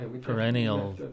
perennial